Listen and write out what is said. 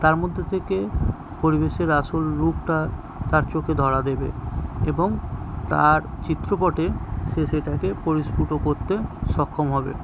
তার মধ্যে থেকে পরিবেশের আসল রূপটা তার চোখে ধরা দেবে এবং তার চিত্রপটে সে সেটাকে পরিস্ফুট করতে সক্ষম হবে